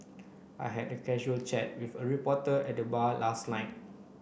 I had a casual chat with a reporter at the bar last night